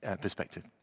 perspective